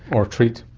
or treat.